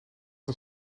een